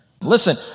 Listen